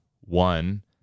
one